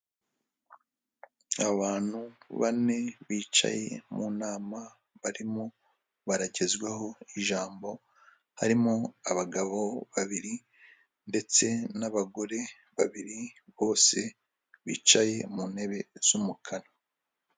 Abantu bane bicaye mu nama barimo baragezwaho ijambo harimo; abagabo babiri ndetse n'abagore babiri bose bicaye mu ntebe zisa umukara.